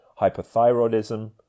hypothyroidism